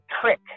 trick